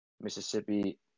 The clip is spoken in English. Mississippi